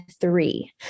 three